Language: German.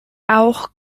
auch